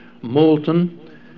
molten